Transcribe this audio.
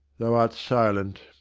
thou art silent.